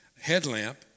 headlamp